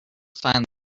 find